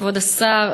כבוד השר,